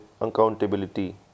accountability